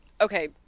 okay